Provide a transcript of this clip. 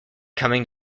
coming